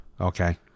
Okay